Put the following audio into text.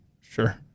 Sure